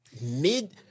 Mid